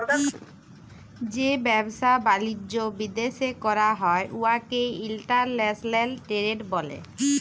যে ব্যবসা বালিজ্য বিদ্যাশে ক্যরা হ্যয় উয়াকে ইলটারল্যাশলাল টেরেড ব্যলে